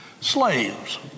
Slaves